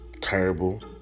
Terrible